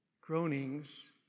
groanings